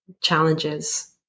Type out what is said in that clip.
challenges